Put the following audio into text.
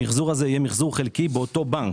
המחזור הזה יהיה מחזור חלקי ובאותו בנק,